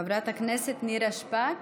חברת הכנסת נירה שפק?